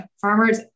Farmers